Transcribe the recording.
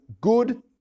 good